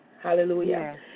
Hallelujah